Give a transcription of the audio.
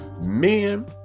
men